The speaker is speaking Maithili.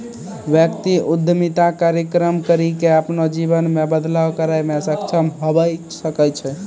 व्यक्ति उद्यमिता कार्यक्रम करी के अपनो जीवन मे बदलाव करै मे सक्षम हवै सकै छै